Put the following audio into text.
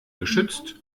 geschützt